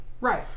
Right